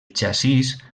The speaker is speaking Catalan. xassís